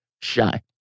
shy